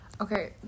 Okay